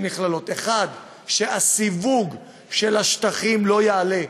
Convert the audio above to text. שנכללות בחוק: 1. שהסיווג של השטחים לא יעלה.